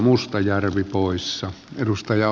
arvoisa herra puhemies